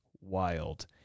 wild